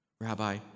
Rabbi